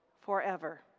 forever